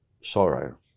sorrow